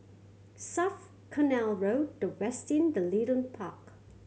South Canal Road The Westin The Leedon Park